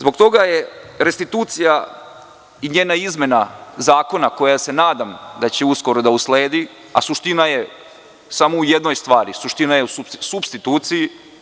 Zbog toga je restitucija i njena izmena zakona, za koju se nadam da će uskoro da usledi, a suština je samo u jednoj stvari, suština je u supstituciji.